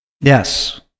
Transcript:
yes